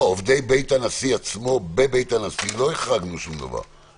עובדי בית הנשיא עצמו בבית הנשיא לא החרגנו שום דבר,